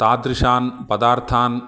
तादृशान् पदार्थान्